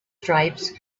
stripes